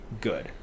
good